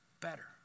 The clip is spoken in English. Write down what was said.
better